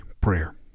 Prayer